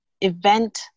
event